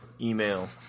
email